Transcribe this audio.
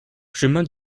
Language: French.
chemin